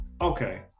Okay